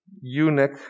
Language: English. eunuch